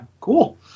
cool